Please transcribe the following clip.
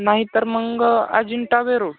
नाहीतर मग अजिंठा वेरूळ